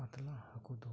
ᱠᱟᱛᱞᱟ ᱦᱟᱠᱳ ᱫᱚ